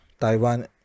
taiwan